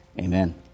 Amen